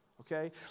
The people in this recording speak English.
Okay